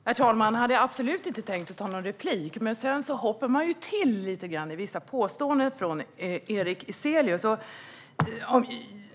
Herr talman! Jag hade absolut inte tänkt begära replik, men sedan hoppade jag till lite grann vid vissa påståenden från Erik Ezelius.